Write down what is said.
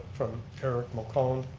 from eric mccullen,